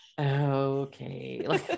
Okay